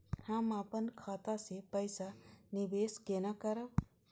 हम अपन खाता से पैसा निवेश केना करब?